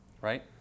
right